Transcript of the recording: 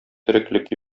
тереклек